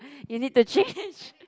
you need to change